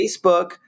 Facebook